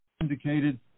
indicated